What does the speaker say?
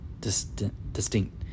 distinct